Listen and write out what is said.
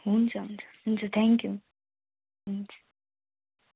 हुन्छ हुन्छ हुन्छ थ्याङ्कयू हुन्छ